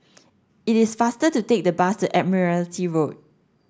it is faster to take the bus to Admiralty Road